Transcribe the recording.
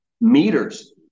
Meters